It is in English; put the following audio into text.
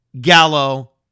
Gallo